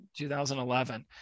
2011